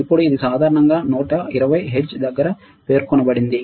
ఇప్పుడు ఇది సాధారణంగా 120 హెర్ట్జ్ దగ్గర పేర్కొనబడింది